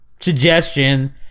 suggestion